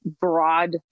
broad